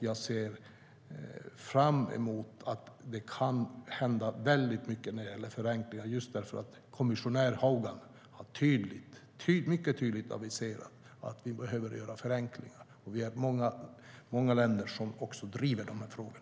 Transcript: Jag ser fram emot att det kan hända väldigt mycket när det gäller förenklingar just därför att kommissionär Hogan mycket tydligt har aviserat att vi behöver göra förenklingar, och det är många länder som också driver dessa frågor.